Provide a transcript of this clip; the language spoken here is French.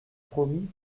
promis